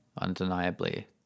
Undeniably